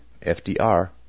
FDR